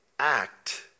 act